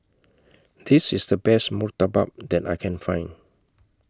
This IS The Best Murtabak that I Can Find